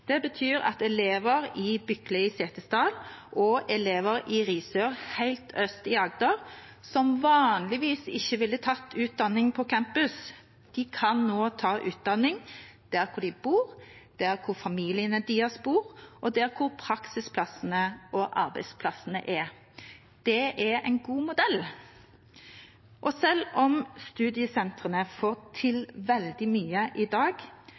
Det betyr at studenter i Bykle i Setesdal og studenter i Risør helt øst i Agder som vanligvis ikke ville tatt utdanning på campus, nå kan ta utdanning der de bor, der familiene deres bor, og der praksisplassene og arbeidsplassene er. Det er en god modell. Selv om studiesentrene får til veldig mye i dag,